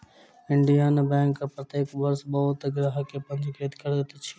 Indian bank प्रत्येक वर्ष बहुत ग्राहक के पंजीकृत करैत अछि